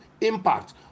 impact